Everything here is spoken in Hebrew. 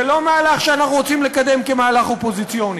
זה לא מהלך שאנחנו רוצים לקדם כמהלך אופוזיציוני.